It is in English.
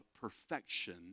perfection